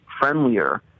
friendlier